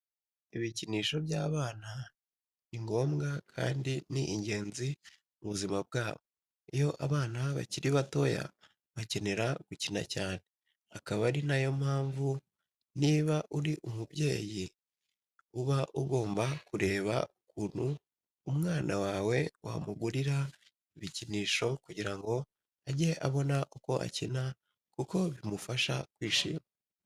Ibikinisho by'abana ni ngomba kandi ni ingenzi mu buzima bwabo. Iyo abana bakiri batoya bakenera gukina cyane, akaba ari yo mpamvu niba uri umubyeyi uba ugomba kureba ukuntu umwana wawe wamugurira ibikinisho kugira ngo ajye abona uko akina kuko bimufasha kwishima.